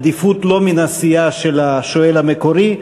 עם עדיפות למי שהוא לא מן הסיעה של השואל המקורי,